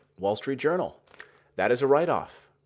wall street journal that is a write-off.